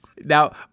Now